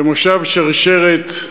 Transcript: במושב שרשרת,